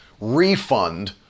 refund